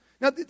Now